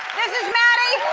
maddie.